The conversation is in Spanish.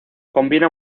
combina